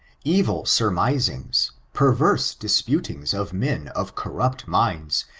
evil surmisings, perverse disputbgs of men of eorrupt minds,